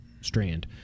strand